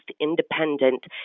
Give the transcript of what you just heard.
independent